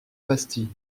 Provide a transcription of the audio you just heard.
bastille